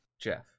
Jeff